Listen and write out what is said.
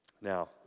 now